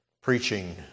preaching